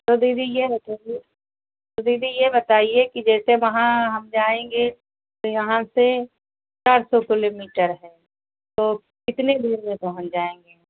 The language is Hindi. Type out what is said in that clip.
तो दीदी यह बताइए दीदी यह बताइए कि जैसे वहाँ हम जाएंगे तो यहाँ से चार सौ किलोमीटर है तो कितने देर में पहुँच जाएंगे